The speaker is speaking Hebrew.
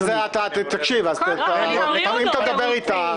אז אל תדבר איתה.